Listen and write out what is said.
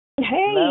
Hey